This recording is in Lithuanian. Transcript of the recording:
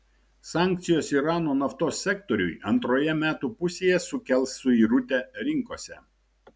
sankcijos irano naftos sektoriui antroje metų pusėje sukels suirutę rinkose